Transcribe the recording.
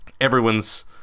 everyone's